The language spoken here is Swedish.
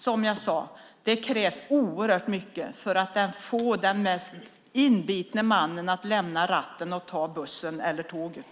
Det krävs, som jag sade, oerhört mycket för att få den mest inbitne manliga bilföraren att lämna ratten och ta bussen eller tåget.